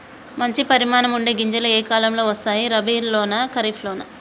మంచి పరిమాణం ఉండే గింజలు ఏ కాలం లో వస్తాయి? రబీ లోనా? ఖరీఫ్ లోనా?